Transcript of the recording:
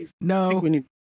no